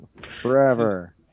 Forever